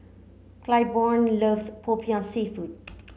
Claiborne loves Popiah seafood